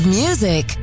music